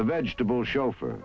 the vegetable chauffeur